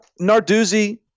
Narduzzi